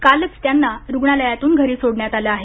कालच त्यांना रुग्णालयातून घरी सोडण्यात आलं आहे